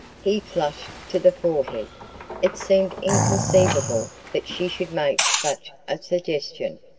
he flushed to the forehead it seemed inconceivable that she should make such a suggestion.